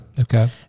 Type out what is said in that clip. Okay